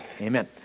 Amen